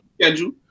schedule